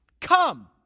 Come